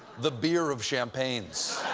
the beer of champagnes.